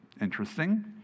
Interesting